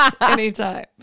Anytime